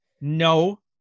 No